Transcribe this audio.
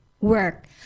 work